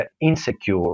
insecure